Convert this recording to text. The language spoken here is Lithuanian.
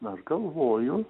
aš galvoju